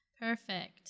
Perfect